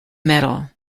metal